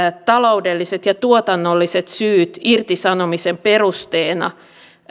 taloudelliset ja tuotannolliset syyt irtisanomisen perusteena